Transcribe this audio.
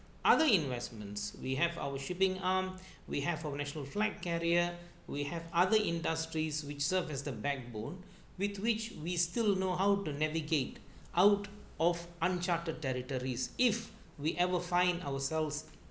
other investments we have our shipping arm we have our national flag carrier we have other industries which serve as the backbone with which we still know how to navigate out of uncharted territories if we ever find ourselves